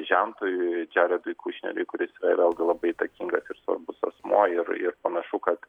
žentui džeredui kušneriui kuris yra vėlgi labai įtakingas ir svarbus asmuo ir ir panašu kad